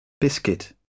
Biscuit